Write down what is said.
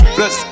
Plus